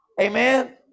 Amen